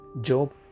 Job